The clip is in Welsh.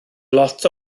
lot